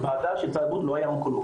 בוועדה של סל הבריאות לא היה אונקולוג,